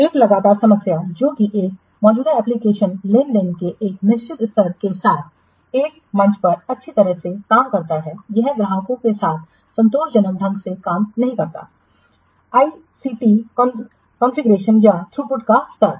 एक लगातार समस्या जो कि एक मौजूदा एप्लिकेशन लेन देन के एक निश्चित स्तर के साथ एक मंच पर अच्छी तरह से काम करता है यह ग्राहकों के साथ संतोषजनक ढंग से काम नहीं करता है आईसीटी कॉन्फ़िगरेशन या थ्रूपुट का स्तर